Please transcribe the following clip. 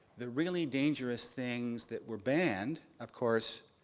the really dangerous things that were banned, of course,